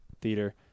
theater